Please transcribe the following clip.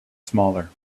smaller